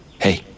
Hey